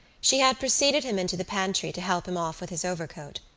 she had preceded him into the pantry to help him off with his overcoat.